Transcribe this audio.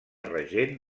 regent